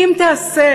אם תעשה